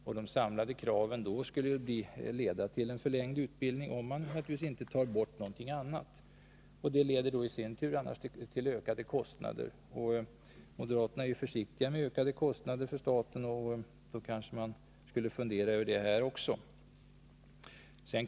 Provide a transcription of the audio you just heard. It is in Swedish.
Och de samlade kraven skulle då leda till en förlängning av utbildningen — om man inte vill ta bort någonting annat — vilket i sin tur skulle leda till en ökning av kostnaderna. Moderaterna är ju försiktiga med ökning av kostnader för staten, och de borde då kanske fundera över detta också här.